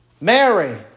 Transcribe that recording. Mary